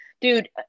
dude